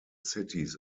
cities